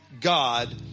God